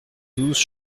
douze